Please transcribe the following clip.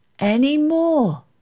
anymore